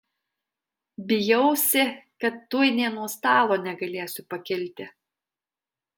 bijausi kad tuoj nė nuo stalo negalėsiu pakilti